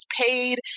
paid